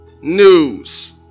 news